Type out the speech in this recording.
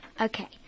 Okay